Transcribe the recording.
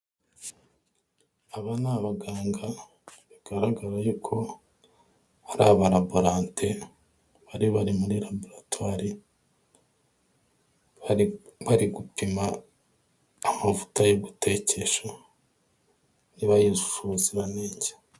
Aba ni abaganga, bigaragara y'uko, ari aba laborante, bari bari mu laboratwari, bari gupima amavuta yo gutekesha, niba yujuje ubuziranenge.